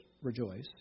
rejoice